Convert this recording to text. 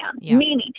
meaning